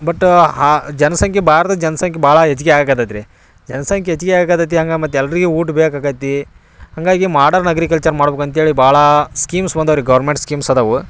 but ಆ ಜನಸಂಖ್ಯೆ ಭಾರತದ ಜನಸಂಖ್ಯೆ ಭಾಳ ಹೆಚ್ಗೆ ಆಗಾಕ್ಕತ್ತೈತೆ ರೀ ಜನಸಂಖ್ಯೆ ಹೆಚ್ಗೆ ಆಗಾಕತ್ತೈತಿ ಹಂಗೆ ಮತ್ತು ಎಲ್ರಿಗೂ ಊಟ ಬೇಕಾಕ್ಕೈತಿ ಹಾಗಾಗಿ ಮಾಡರ್ನ್ ಅಗ್ರಿಕಲ್ಚರ್ ಮಾಡ್ಬೇಕು ಅಂಥೇಳಿ ಭಾಳ ಸ್ಕೀಮ್ಸ್ ಬಂದಾವ ರೀ ಗೌರ್ಮೆಂಟ್ಸ್ ಸ್ಕೀಮ್ಸ್ ಅದಾವು